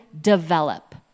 develop